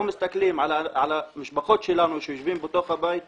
לא מסתכלים על המשפחות שלנו שיושבות בבית ודואגות,